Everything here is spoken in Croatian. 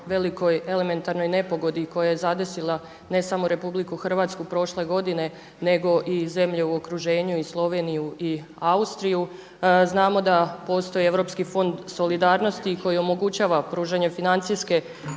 velikoj elementarnoj nepogodi koju je zadesila ne samo RH prošle godine nego i zemlje u okruženju i Sloveniju i Austriju. Znamo da postoji Europski fond solidarnosti koji omogućava pružanje financijske